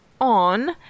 on